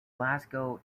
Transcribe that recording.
glasgow